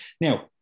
Now